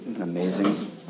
Amazing